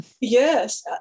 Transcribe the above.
Yes